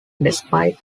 despite